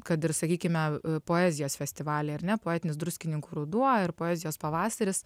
kad ir sakykime poezijos festivaliai ar ne poetinis druskininkų ruduo ir poezijos pavasaris